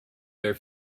their